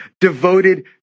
devoted